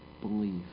believe